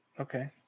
okay